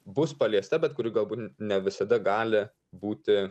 bus paliesta bet kuri galbūt ne visada gali būti